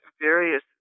various